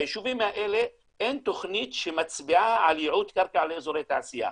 ביישובים האלה אין תוכנית שמצביעה על ייעוד קרקע לאזורי תעשייה.